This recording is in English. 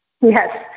Yes